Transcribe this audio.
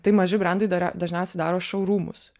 tai maži brendai dar dažniausiai daro šou rūmus